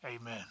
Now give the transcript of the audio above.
Amen